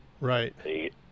Right